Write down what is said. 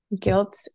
Guilt